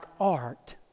art